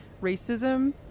racism